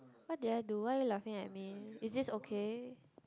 what did I do why are you laughing at me is this okay